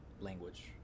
language